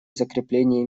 закреплении